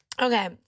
Okay